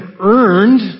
earned